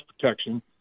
protection